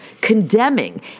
condemning